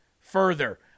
further